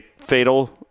fatal –